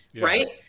right